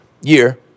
year